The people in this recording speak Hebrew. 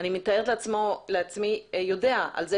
אני מתארת לעצמי שמינהל התכנון יודע על כך